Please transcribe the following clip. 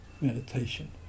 meditation